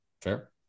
Fair